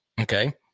Okay